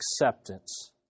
acceptance